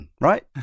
right